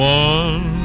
one